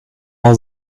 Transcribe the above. all